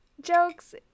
jokes